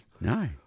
No